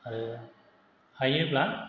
आरो हायोब्ला